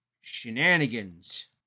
shenanigans